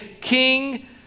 King